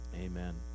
amen